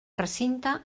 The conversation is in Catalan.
recinte